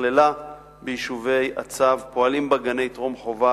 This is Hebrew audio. נכללה ביישובי הצו, פועלים בה גני טרום-חובה